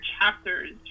chapters